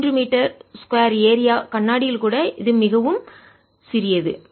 3 metre 2 area பரப்பளவு கண்ணாடியில் கூட இது மிகவும் சிறியது